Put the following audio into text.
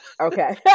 Okay